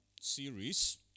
series